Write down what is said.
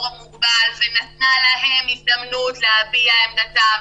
המוגבל ונתנה להם הזדמנות להביע עמדתם,